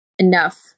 enough